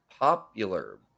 popular